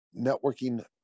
networking